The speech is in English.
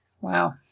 Wow